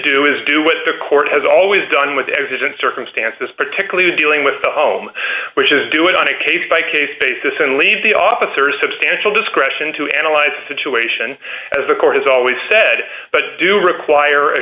do is do what the court has always done with evidence circumstances particularly dealing with the home which is do it on a case by case basis and leave the officer substantial discretion to analyze the situation as the court has always said but do require a